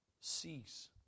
cease